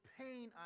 pain